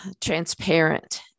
transparent